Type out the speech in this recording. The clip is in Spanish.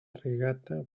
regata